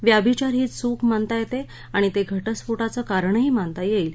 व्यभिचार ही चूक मानता येते आणि ते घटस्फोटाचं कारणही मानता येईल